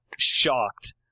shocked